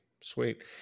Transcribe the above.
sweet